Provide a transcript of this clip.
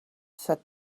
said